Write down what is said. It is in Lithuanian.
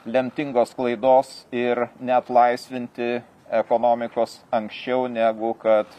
lemtingos klaidos ir neatlaisvinti ekonomikos anksčiau negu kad